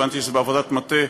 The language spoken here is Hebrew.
הבנתי שזה בעבודת מטה.